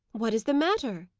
what is the matter?